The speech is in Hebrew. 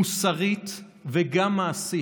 מוסרית וגם מעשית,